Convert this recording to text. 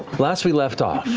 last we left off,